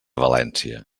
valència